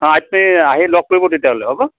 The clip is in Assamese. অঁ আপুনি আহি লগ কৰিব তেতিয়াহ'লে হ'ব